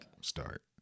start